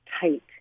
tight